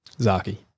Zaki